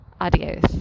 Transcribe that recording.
Adios